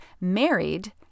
married